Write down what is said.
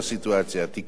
תיקון מוצע נוסף